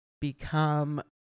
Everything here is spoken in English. become